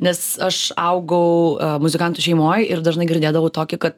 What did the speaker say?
nes aš augau muzikantų šeimoj ir dažnai girdėdavau tokį kad